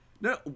No